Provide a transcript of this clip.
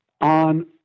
on